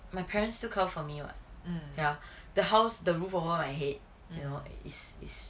my parents still cover for me what ya the house the roof over my head you know is is